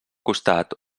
costat